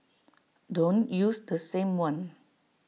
don't use the same one